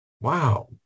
wow